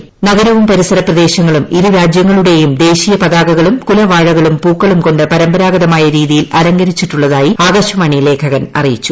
വിമാനത്താവളവും പരിസരപ്രദേശങ്ങളും ഇരുരാജൃങ്ങളുടെയും ദേശീയപതാകകളും കുലവാഴകളും പൂക്കളും കൊണ്ട് പരമ്പരാഗതമായ രീതിയിൽ അലങ്കരിച്ചിട്ടുള്ളതായി ആകാശവാണി ലേഖകൻ അറിയിച്ചു